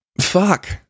fuck